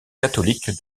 catholique